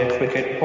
Cricket